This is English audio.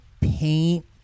paint